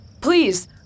Please